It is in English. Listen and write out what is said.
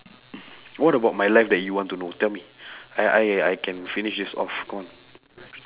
what about my life that you want to know tell me I I I can finish this off come on